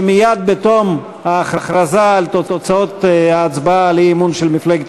שמייד בתום ההכרזה על תוצאות ההצבעה על האי-אמון של מפלגת